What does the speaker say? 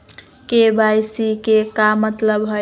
KYC के का मतलब हई?